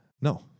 No